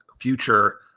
future